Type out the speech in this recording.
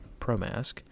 promask